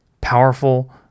powerful